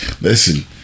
Listen